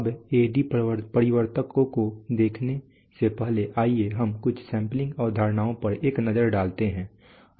अब AD परिवर्तक को देखने से पहले आइए हम कुछ सैंपलिंग अवधारणाओं पर एक नजर डालते हैं